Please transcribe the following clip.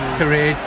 career